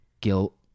guilt